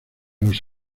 los